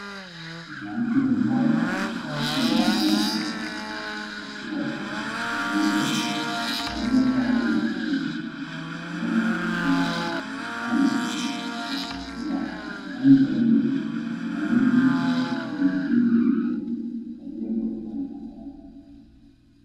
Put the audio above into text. Mwanamke mmoja yuko ndani ya mashua nyeupe amevalia shati nyekundu yenye neno Kenya kichwani ako na kofia mbali zaidi kuna miti yenye mizizi mirefu yaliyotokea mchangani.